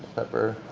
pepper.